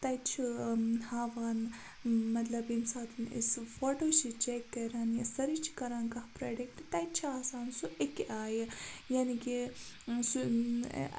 تَتہِ چھُ ہاوان مطلب ییٚمہِ ساتَن أسۍ فوٹو چھِ چیٚک کَران یا سٔرٕچ چھِ کَران کانٛہہ پرٛوڈَٮ۪کٹ تَتہِ چھُ آسان سُہ أکہِ آیہِ یعنی کہِ سُہ